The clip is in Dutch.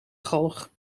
galg